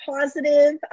positive